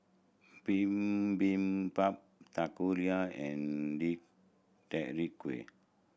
Bibimbap Takoyaki and Deodeok Gui